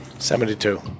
Seventy-two